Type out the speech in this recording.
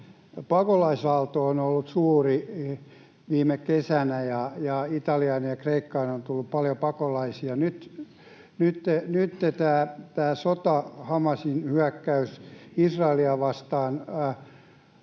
Pakolaisaalto oli suuri viime kesänä, ja Italiaan ja Kreikkaan on tullut paljon pakolaisia. Nyt tämä sota, Hamasin hyökkäys Israelia vastaan,